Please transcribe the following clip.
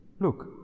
look